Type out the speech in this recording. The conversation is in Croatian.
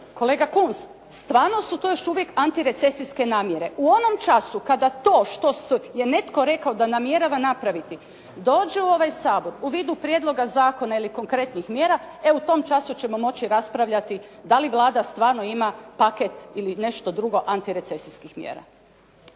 kolega Kunst stvarno su to još uvijek antirecesijske namjere. U onom času kada to što je netko rekao da namjerava napraviti dođe u ovaj Sabor u vidu prijedloga zakona ili konkretnih mjera e u tom času ćemo moći raspravljati da li Vlada stvarno ima paket ili nešto drugo antirecesijskih mjera.